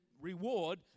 reward